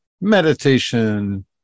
meditation